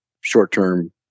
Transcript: short-term